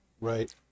right